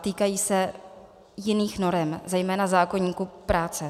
Týkají se jiných norem, zejména zákoníku práce.